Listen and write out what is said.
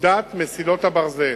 פקודת מסילות הברזל).